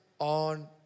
on